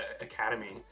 academy